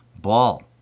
Ball